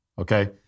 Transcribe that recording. okay